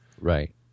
Right